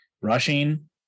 rushing